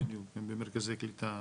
הם במרכזי קליטה.